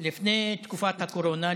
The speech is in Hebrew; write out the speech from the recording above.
לפני תקופת הקורונה,